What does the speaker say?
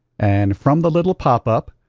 and from the little pop-up,